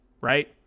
Right